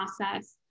process